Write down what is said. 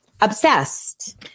obsessed